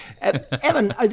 Evan